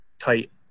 tight